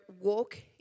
Walk